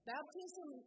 Baptism